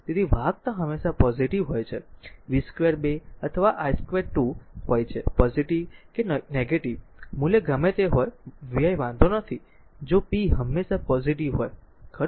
તેથી વાહકતા હંમેશા પોઝીટીવ હોય છે તે v2 2 અથવા i2 2 હોય છે પોઝીટીવ કે નેગેટીવ મૂલ્ય ગમે તે હોય vi વાંધો નથી જો આ p હંમેશા પોઝીટીવ હોય ખરું